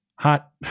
Hot